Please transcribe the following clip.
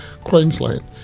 Queensland